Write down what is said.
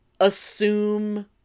assume